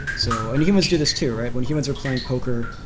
so and humans do this too? when humans are playing poker,